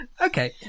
okay